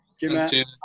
Jim